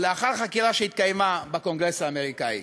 לאחר חקירה שהתקיימה בקונגרס האמריקני.